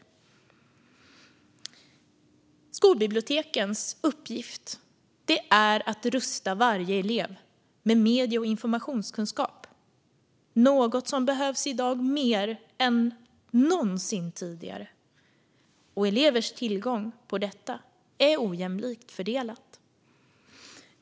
Skolbibliotekens uppgift är att rusta varje elev med medie och informationskunskap, något som i dag behövs mer än någonsin tidigare. Elevers tillgång till detta är ojämlikt fördelad.